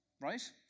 right